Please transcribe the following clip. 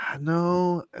no